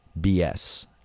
BS